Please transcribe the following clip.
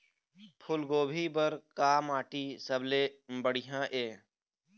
फूलगोभी बर का माटी सबले सबले बढ़िया ये?